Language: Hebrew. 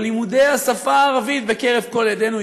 או לימודי השפה הערבית בקרב כל ילדינו,